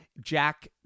Jack